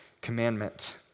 commandment